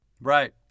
Right